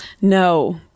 No